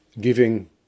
giving